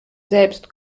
selbst